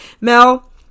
Mel